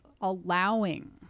allowing